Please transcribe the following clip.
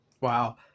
Wow